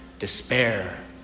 Despair